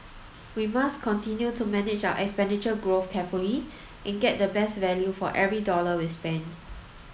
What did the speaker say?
we must continue to manage our expenditure growth carefully and get the best value for every dollar we spend